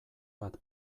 bat